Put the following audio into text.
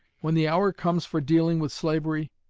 when the hour comes for dealing with slavery,